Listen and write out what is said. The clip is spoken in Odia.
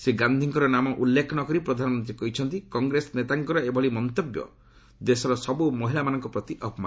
ଶ୍ରୀ ଗାନ୍ଧୀଙ୍କର ନାମ ଉଲ୍ଲେଖ ନକରି ପ୍ରଧାନମନ୍ତ୍ରୀ କହିଛନ୍ତି କଂଗ୍ରେସ ନେତାଙ୍କର ଏଭଳି ମନ୍ତବ୍ୟ ଦେଶର ସବୁ ମହିଳାମାନଙ୍କ ପ୍ରତି ଅପମାନ